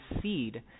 seed